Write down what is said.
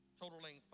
totaling